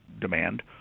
demand